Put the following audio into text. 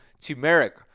Turmeric